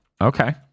Okay